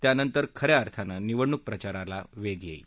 त्यानंतर खऱ्या अर्थानं निवडणूक प्रचाराला वेग येईल